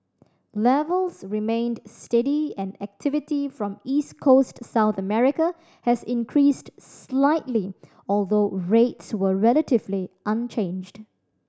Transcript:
levels remained steady and activity from East Coast South America has increased slightly although rates were relatively unchanged